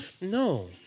No